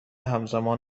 همزمان